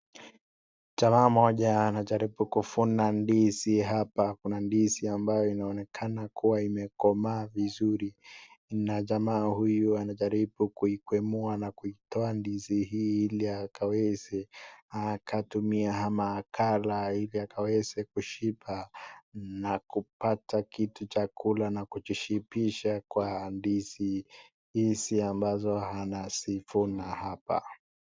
Jamaa moja anajaribu kufuna ndizi. Hapa kuna ndizi inayoonekana kuwa imekomaa vizuri na jamaa huyu anajaribu kuikwemua na kuitoa ndizi hii ili akaweze akatumia ama akaala ili akaweze kushika na kupata kitu cha kula na kujisibisha kwa ndizi hizi ambazo anazifuna hapa.